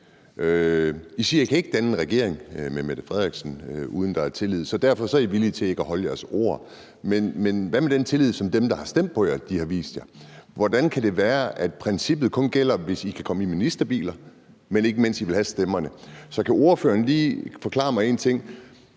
I siger, at I ikke kan danne en regering med Mette Frederiksen, uden at der er tillid, så derfor er I villige til ikke at holde jeres ord. Men hvad med den tillid, som dem, der har stemt på jer, har vist jer? Hvordan kan det være, at princippet kun gælder, hvis I kan komme i ministerbiler, men ikke, mens I vil have stemmerne? Så kan ordføreren lige forklare mig en ting: